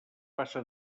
passa